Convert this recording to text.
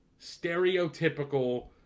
stereotypical